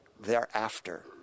thereafter